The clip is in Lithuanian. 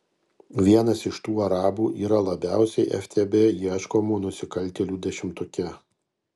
vienas iš tų arabų yra labiausiai ftb ieškomų nusikaltėlių dešimtuke